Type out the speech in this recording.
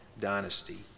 dynasty